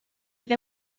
bydd